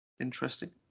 interesting